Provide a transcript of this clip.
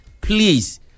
Please